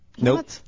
Nope